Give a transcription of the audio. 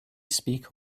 speak